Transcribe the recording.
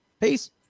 Peace